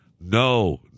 No